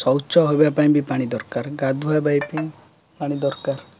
ଶୌଚ ହବା ପାଇଁ ବି ପାଣି ଦରକାର ଗାଧୁଆ ପାଇଁ ପାଣି ଦରକାର